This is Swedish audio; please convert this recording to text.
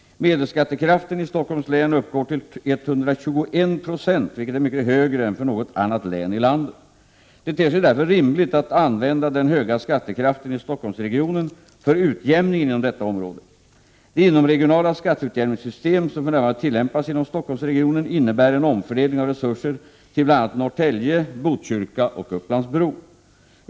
Medelskattekraften i Stockholms län uppgår till 121 96 vilket är mycket högre än för något annat län i landet. Det ter sig därför rimligt att använda den höga skattekraften i Stockholmsregionen för utjämningen inom detta område. Det inomregionala skatteutjämningssystem som för närvarande tillämpas inom Stockholmsregionen innebär en omfördelning av resurser till bl.a. Norrtälje, Botkyrka och Upplands-Bro.